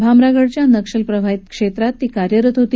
भामरागडच्या नक्षलप्रभावित क्षेत्रात की कार्यरत होती